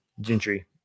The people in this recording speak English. Gentry